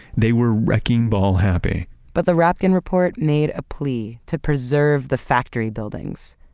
they were wrecking ball happy but, the rapkin report made a plea to preserve the factory buildings,